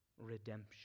redemption